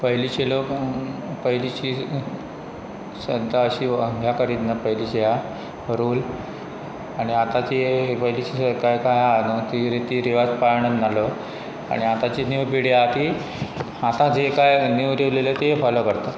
पयलींचे लोक पयलींची सद्दां अशी ह्या करीत ना पयलींच्या ह्या रूल आनी आतां पयलींची आहा न्हू ती रिती रिवाज पाळण नालो आनी आतांची नीव पिडीय आहा ती आतां जे कांय नीव रूल ययले ती फोलो करता